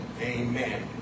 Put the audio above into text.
Amen